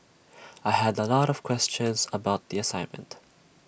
I had A lot of questions about the assignment